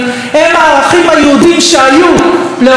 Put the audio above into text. הם הערכים היהודיים שהיו לאור לגויים.